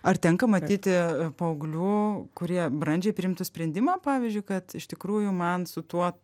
ar tenka matyti paauglių kurie brandžiai priimtų sprendimą pavyzdžiui kad iš tikrųjų man su tuo